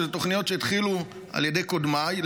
אלה תוכניות שהתחילו על ידי קודמיי,